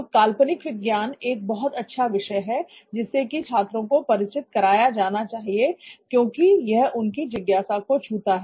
तो काल्पनिक विज्ञान एक बहुत अच्छा विषय है जिससे कि छात्रों को परिचित कराया जाना चाहिए क्योंकि यह उनकी जिज्ञासा को छूता है